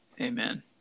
Amen